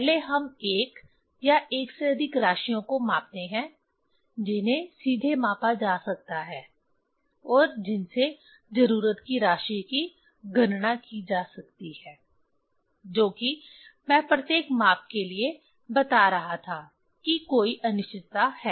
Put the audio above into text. पहले हम एक या एक से अधिक राशिओं को मापते हैं जिन्हें सीधे मापा जा सकता है और जिनसे जरूरत की राशि की गणना की जा सकती है जो कि मैं प्रत्येक माप के लिए बता रहा था कि कोई अनिश्चितता है